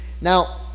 Now